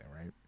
right